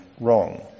wrong